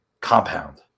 compound